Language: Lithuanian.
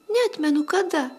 neatmenu kada